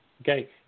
Okay